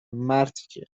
مرتیکه